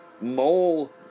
mole